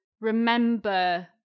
remember